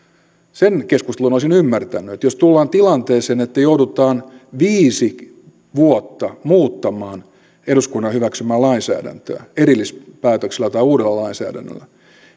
sen keskustelun olisin ymmärtänyt jos tullaan tilanteeseen että joudutaan viisi vuotta muuttamaan eduskunnan hyväksymää lainsäädäntöä erillispäätöksellä tai uudella lainsäädännöllä